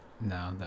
No